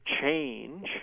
change